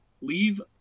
leave